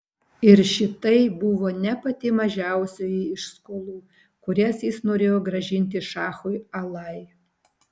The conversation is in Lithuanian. ir šitai buvo ne pati mažiausioji iš skolų kurias jis norėjo grąžinti šachui alai